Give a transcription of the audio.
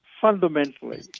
fundamentally